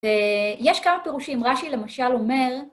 ויש כמה פירושים, רש"י למשל אומר...